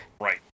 Right